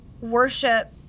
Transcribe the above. worship